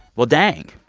well, dang,